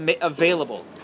available